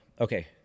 okay